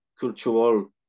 cultural